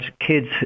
kids